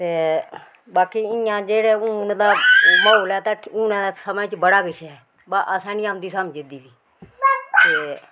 ते बाकी इ'यां जेह्ड़े हून तां म्हौल ऐ तां उ'नें समें च बड़ा किश ऐ बा असें नी औंदी समझ एह्दी बी ते